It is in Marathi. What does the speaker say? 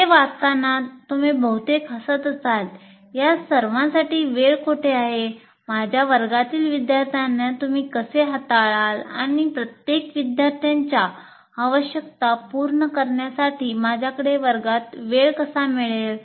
हे वाचताना तुम्ही बहुतेक हसत असाल या सर्वांसाठी वेळ कोठे आहे माझ्या वर्गातील विद्यार्थ्यांना तुम्ही कसे हाताळाल आणि प्रत्येक विद्यार्थ्याच्या आवश्यकता पूर्ण करण्यासाठी माझ्याकडे वर्गात वेळ कसा मिळेल